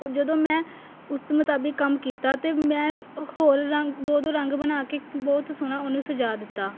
ਓ ਜਦੋਂ ਮੈਂ ਉਸ ਤ ਮੁਤਾਬਿਕ ਕੰਮ ਕੀਤਾ ਅਤੇ ਮੈਂ ਹੋਰ ਰੰਗ ਦੋ ਦੋ ਰੰਗ ਬਣਾ ਕੇ ਬਹੁਤ ਸੋਹਣਾ ਉਹਨੂੰ ਸਜਾ ਦਿੱਤਾ